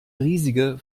riesige